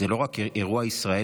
זה לא רק אירוע ישראלי.